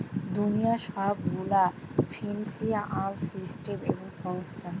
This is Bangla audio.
দুনিয়ার সব গুলা ফিন্সিয়াল সিস্টেম এবং সংস্থা